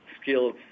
skills